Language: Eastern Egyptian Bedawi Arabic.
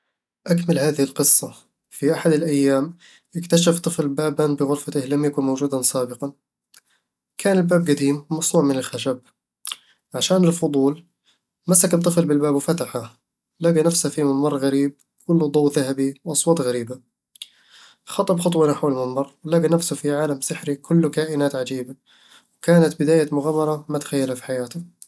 أكمل هذه القصة: في أحد الأيام، اكتشف طفل بابًا بغرفته لم يكن موجودًا سابقًا كان الباب قديم ومصنوع من الخشب عشان الفضول، مسك الطفل بالباب وفتحه. لقى نفسه في ممر غريب كله ضوء الذهبي وأصوات غريبة خطا بخطوة نحو الممر، ولقى نفسه في عالم سحري كله كائنات العجيبة وكانت بداية مغامرة ما تخيلها في حياته